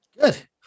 Good